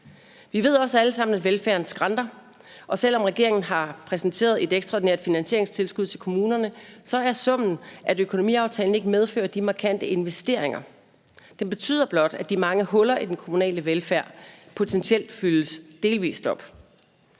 Vi ved også alle sammen, at velfærden skranter, og selv om regeringen har præsenteret et ekstraordinært finansieringstilskud til kommunerne, er summen, at økonomiaftalen ikke medfører de markante investeringer. Den betyder blot, at de mange huller i den kommunale velfærd potentielt fyldes delvis op.